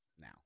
now